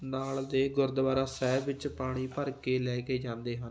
ਨਾਲ ਦੇ ਗੁਰਦੁਆਰਾ ਸਾਹਿਬ ਵਿੱਚ ਪਾਣੀ ਭਰ ਕੇ ਲੈ ਕੇ ਜਾਂਦੇ ਹਨ